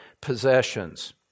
possessions